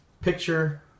picture